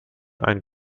ein